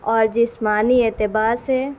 اور جسمانی اعتبار سے